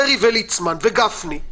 דרעי וליצמן וגפני.